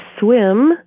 swim